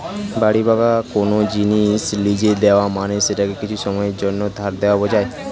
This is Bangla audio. বাড়ি বা কোন জিনিস লীজে দেওয়া মানে সেটাকে কিছু সময়ের জন্যে ধার দেওয়া বোঝায়